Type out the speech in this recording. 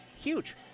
Huge